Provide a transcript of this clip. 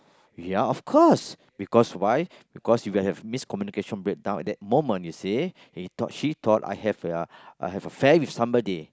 ya of course because why because you would have miscommunication breakdown at that moment you see he thought she thought I had affair with somebody